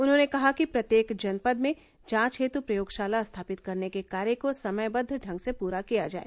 उन्होंने कहा कि प्रत्येक जनपद में जांच हेतु प्रयोगशाला स्थापित करने के कार्य को समयदद्व ढंग से पूरा किया जाए